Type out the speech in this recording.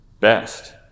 best